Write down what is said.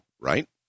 right